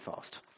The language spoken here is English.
fast